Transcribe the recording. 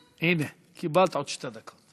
הנה, קיבלת עוד שתי דקות.